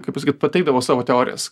kaip pasakyt pateikdavo savo teorijas